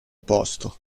posto